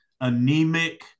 anemic